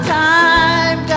time